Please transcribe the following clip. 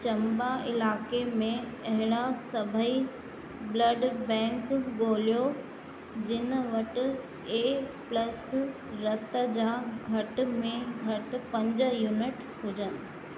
चम्बा इलाइक़े में अहिड़ा सभई ब्लड बैंक ॻोल्हियो जिन वटि ए प्लस रत जा घटि में घटि पंज यूनिट हुजनि